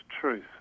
truth